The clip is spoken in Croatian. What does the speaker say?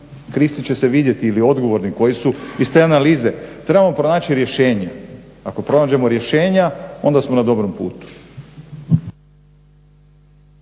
krivci će se vidjeti ili odgovorni koji su iz te analize. Trebamo pronaći rješenja. Ako pronađemo rješenja onda smo na dobrom putu.